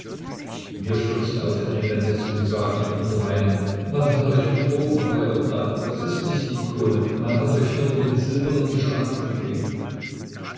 wir stürzen auf den engländer zu und sagen ihm unter weinen man hat euch betrogen euer gnaden das ist nicht die ikone man hat euch nur ihren silbernen beschlag mitgegeben